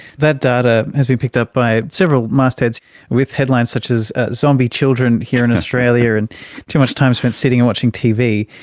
that data has been picked up by several mastheads with headlines such as, zombie children here in australia and too much time spent sitting and watching tv.